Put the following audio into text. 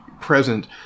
present